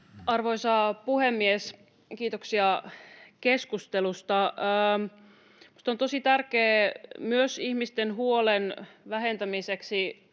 Arvoisa puhemies! Kiitoksia keskustelusta. Minusta on tosi tärkeää myös ihmisten huolen vähentämiseksi